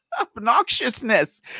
Obnoxiousness